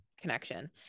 connection